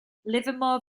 livermore